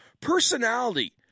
Personality